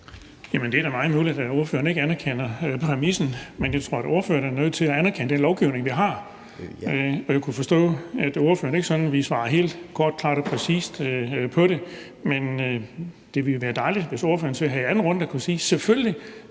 det er da meget muligt, at ordføreren ikke anerkender præmissen. Men jeg tror da, at ordføreren er nødt til at anerkende den lovgivning, vi har. Jeg kunne forstå, at ordføreren ikke ville svare helt kort, klart og præcist på spørgsmålet, men det ville være dejligt, hvis ordføreren så her i anden runde kunne sige: Selvfølgelig